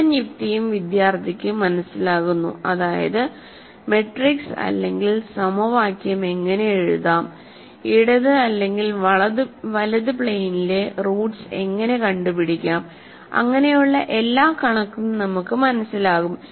മുഴുവൻ യുക്തിയും വിദ്യാർത്ഥിക്ക് മനസിലാകുന്നു അതായത് മാട്രിക്സ് അല്ലെങ്കിൽ സമവാക്യം എങ്ങിനെ എഴുതാം ഇടതു അല്ലെങ്കിൽ വലതു പ്ലെയിനിലെ റൂട്സ് എങ്ങിനെ കണ്ടുപിടിക്കാംഅങ്ങിനെയുള്ള എല്ലാ കണക്കും നമുക്ക് മനസിലാകും